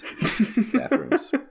Bathrooms